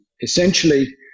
essentially